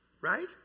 right